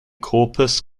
corpus